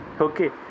okay